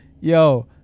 Yo